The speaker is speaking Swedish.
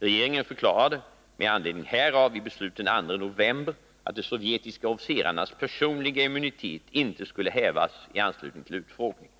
Regeringen förklarade med anledning härav i beslut den 2 november att de sovjetiska officerarnas personliga immunitet inte skulle hävas i anslutning till utfrågningen.